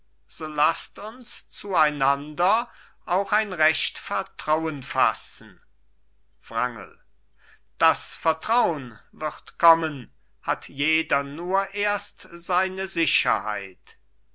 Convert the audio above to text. so laßt uns zueinander auch ein recht vertrauen fassen wrangel das vertraun wird kommen hat jeder nur erst seine sicherheit